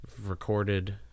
recorded